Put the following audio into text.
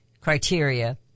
criteria